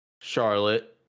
Charlotte